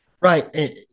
Right